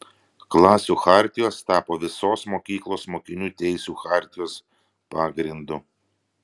klasių chartijos tapo visos mokyklos mokinių teisių chartijos pagrindu